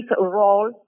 role